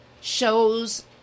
shows